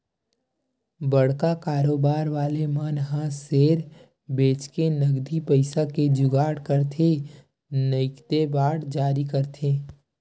बड़का कारोबार वाले मन ह सेयर बेंचके नगदी पइसा के जुगाड़ करथे नइते बांड जारी करके